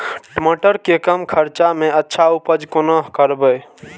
टमाटर के कम खर्चा में अच्छा उपज कोना करबे?